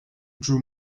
drew